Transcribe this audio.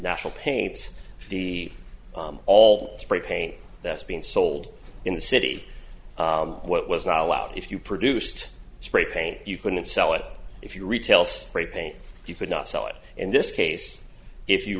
national paints the all spray paint that's being sold in the city what was not allowed if you produced a spray paint you couldn't sell it if you retail spray paint you could not sell it in this case if you